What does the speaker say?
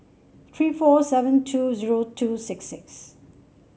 three four seven two zero two six six